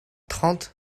trente